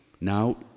Now